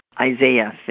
Isaiah